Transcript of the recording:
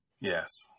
Yes